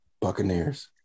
Buccaneers